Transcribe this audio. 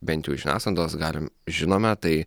bent jau iš žiniasklaidos galim žinome tai